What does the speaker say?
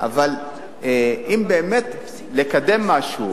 אבל אם באמת לקדם משהו,